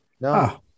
No